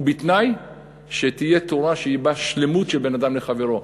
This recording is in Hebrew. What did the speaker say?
ובתנאי שתהיה תורה שבה שלמות של בין אדם לחברו.